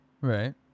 Right